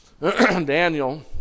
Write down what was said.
Daniel